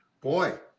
boy